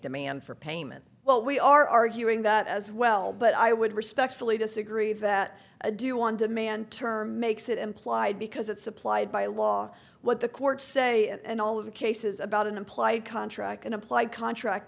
demand for payment well we are arguing that as well but i would respectfully disagree that a do on demand term makes it implied because it's applied by law what the courts say and all of the cases about an implied contract an implied contract